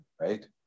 right